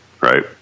right